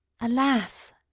Alas